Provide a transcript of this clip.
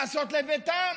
לעשות לביתם,